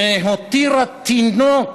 שהותירה תינוק